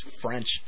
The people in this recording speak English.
French